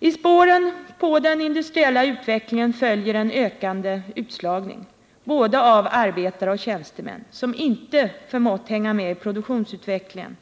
I spåren på den industriella utvecklingen följer en ökande utslagning, både av arbetare och tjänstemän som inte förmått hänga med i produktivitetsutvecklingen